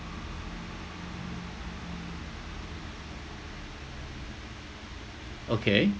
okay